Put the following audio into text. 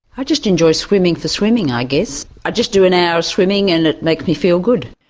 i just enjoy swimming for swimming i guess, i just do an hours swimming and it makes me feel good.